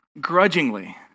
grudgingly